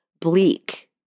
bleak